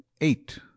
eight